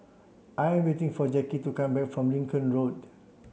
I am waiting for Jackie to come back from Lincoln Road